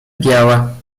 biała